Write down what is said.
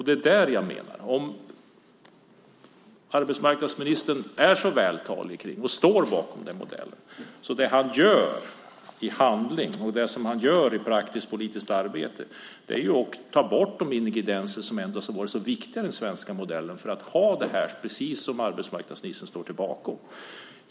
Det är det jag menar: Om arbetsmarknadsministern är så vältalig och står bakom den modellen är det han gör i handling och i praktiskt politiskt arbete att ta bort de ingredienser som har varit så viktiga i den svenska modellen, för att man ska kunna ha precis det som arbetsmarknadsministern står bakom.